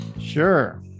Sure